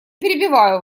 перебиваю